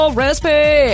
recipe